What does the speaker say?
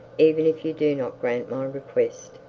even if you do not grant my request,